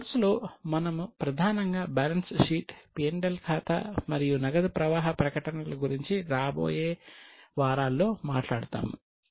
ఈ కోర్సులో మనము ప్రధానంగా బ్యాలెన్స్ షీట్ పి ఎల్ ఖాతా మరియు నగదు ప్రవాహ ప్రకటనల గురించి రాబోయే వారాల్లో మాట్లాడుతాము